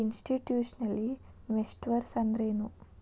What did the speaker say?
Institutional investors ಅಂದ್ರೇನು?